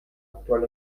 actual